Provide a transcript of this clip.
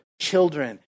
children